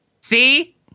See